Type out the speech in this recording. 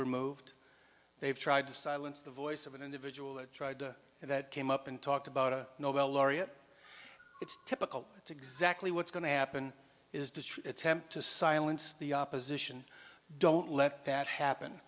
removed they've tried to silence the voice of an individual that tried and that came up and talked about a nobel laureate it's typical it's exactly what's going to happen is the true attempt to silence the opposition don't let that happen